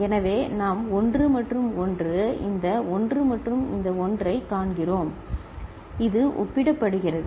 எனவே நாம் 1 மற்றும் 1 இந்த 1 மற்றும் இந்த 1 ஐக் காண்கிறோம் இது ஒப்பிடப்படுகிறது